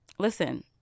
Listen